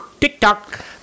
TikTok